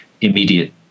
immediate